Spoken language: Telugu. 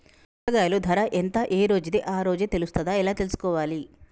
కూరగాయలు ధర ఎంత ఏ రోజుది ఆ రోజే తెలుస్తదా ఎలా తెలుసుకోవాలి?